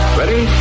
ready